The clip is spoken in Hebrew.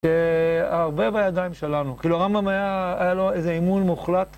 שהרבה בידיים שלנו, כאילו הרמב״ם היה לו איזה אימון מוחלט